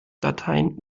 dateien